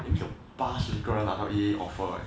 that means 有八十人拿到 A_E offer leh